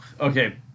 Okay